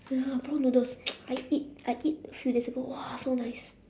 ya prawn noodles I eat I eat few days ago !wah! so nice